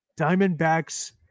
diamondbacks